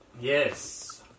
Yes